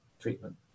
treatment